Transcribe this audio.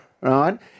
right